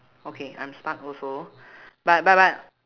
okay I'm stuck also but but but